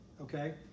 okay